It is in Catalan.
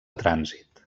trànsit